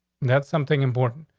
that's something important.